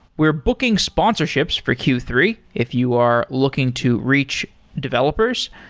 we're booking sponsorships for q three, if you are looking to reach developers.